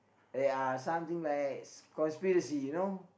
ya something like conspiracy you know